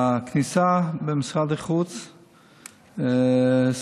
הכניסה במשרד החוץ סגורה.